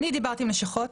אני דיברתי עם לשכות.